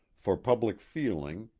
for public feeling,